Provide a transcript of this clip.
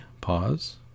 Pause